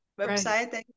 website